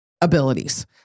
abilities